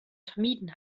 vermieden